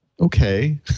okay